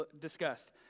discussed